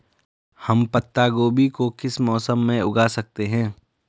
हम पत्ता गोभी को किस मौसम में उगा सकते हैं?